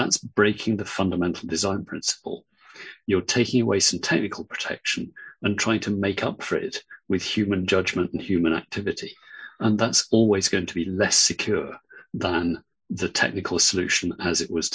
that's breaking the fundamental design principle you're taking away some technical protection and trying to make up for it with human judgment and human activity and that's always going to be less secure than the technical solution as it was